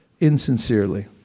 insincerely